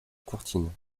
courtine